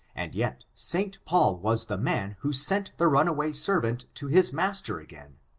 and yet st. paul was the man who sent the runaway servant to his master again.